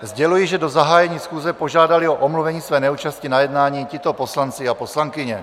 Sděluji, že do zahájení schůze požádali o omluvení své neúčasti na jednání tito poslanci a poslankyně.